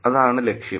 അതാണ് ലക്ഷ്യം